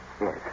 Yes